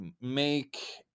make